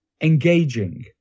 engaging